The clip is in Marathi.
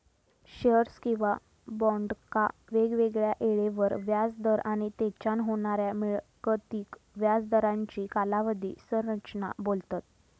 शेअर्स किंवा बॉन्डका वेगवेगळ्या येळेवर व्याज दर आणि तेच्यान होणाऱ्या मिळकतीक व्याज दरांची कालावधी संरचना बोलतत